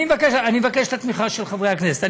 אני מבקש את התמיכה של חברי הכנסת.